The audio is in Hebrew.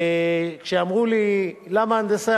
כשאמרו לי: למה הנדסאי?